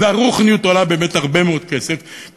והרוחניות עולה הרבה מאוד כסף,